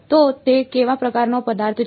તો તે કેવા પ્રકારનો પદાર્થ છે